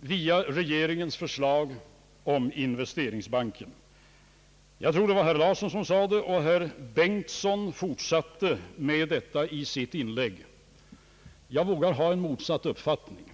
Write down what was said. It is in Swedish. via regeringens förslag om investeringsbanken. Jag tror att det var herr Larsson som sade det, och herr Bengtson fortsatte med detta i sitt inlägg. Jag vågar hysa en motsatt uppfattning.